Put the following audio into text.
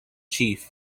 chief